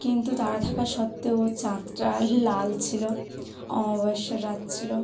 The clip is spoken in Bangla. কিন্তু তারা থাকা সত্ত্বেও চাঁদটা লাল ছিল অমাবস্যার রাত ছিল